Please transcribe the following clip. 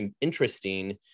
interesting